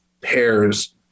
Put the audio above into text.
pairs